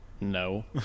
no